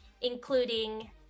including